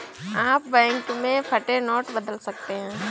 आप बैंक में फटे नोट बदल सकते हैं